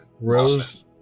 Rose